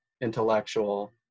intellectual